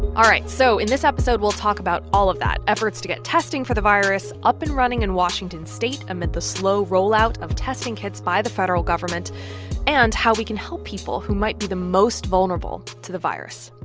all right. so in this episode, we'll talk about all of that efforts to get testing for the virus up and running in washington state amid the slow rollout of testing kits by the federal government and how we can help people who might be the most vulnerable to the virus